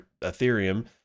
Ethereum